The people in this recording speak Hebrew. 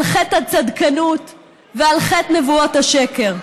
על חטא הצדקנות ועל חטא נבואת השקר.